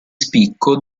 spicco